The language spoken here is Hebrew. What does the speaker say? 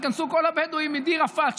ייכנסו לשם כל הבדואים מדיר ראפאת.